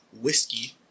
whiskey